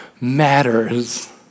matters